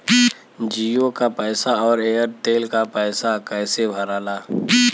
जीओ का पैसा और एयर तेलका पैसा कैसे भराला?